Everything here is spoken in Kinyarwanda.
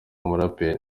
umuraperi